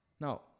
Now